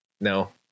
no